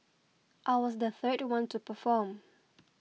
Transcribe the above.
I was the third one to perform